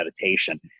meditation